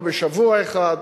לא בשבוע אחד,